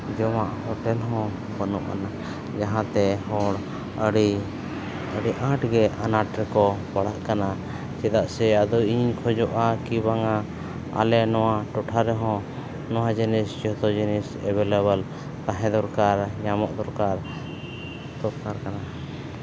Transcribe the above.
ᱡᱚᱢᱟᱜ ᱦᱳᱴᱮᱹᱞ ᱦᱚᱸ ᱵᱟᱹᱱᱩᱜᱼᱟ ᱡᱟᱦᱟᱸᱛᱮ ᱦᱚᱲ ᱟᱹᱰᱤ ᱟᱹᱰᱤ ᱟᱸᱴ ᱜᱮ ᱟᱱᱟᱴ ᱨᱮᱠᱚ ᱯᱟᱲᱟᱜ ᱠᱟᱱᱟ ᱪᱮᱫᱟᱜ ᱥᱮ ᱟᱫᱚ ᱤᱧᱤᱧ ᱠᱷᱚᱡᱚᱜᱼᱟ ᱠᱤ ᱵᱟᱝᱼᱟ ᱟᱞᱮ ᱴᱚᱴᱷᱟ ᱨᱮᱦᱚᱸ ᱱᱚᱣᱟ ᱡᱤᱱᱤᱥ ᱡᱚᱛᱚ ᱡᱤᱱᱤᱥ ᱮᱵᱮᱹᱞᱮᱹᱵᱮᱹᱞ ᱛᱟᱦᱮᱸ ᱫᱚᱨᱠᱟᱨ ᱧᱟᱢᱚᱜ ᱫᱚᱨᱠᱟᱨ ᱴᱚᱴᱷᱟ ᱠᱟᱱᱟ